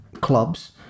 clubs